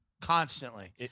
constantly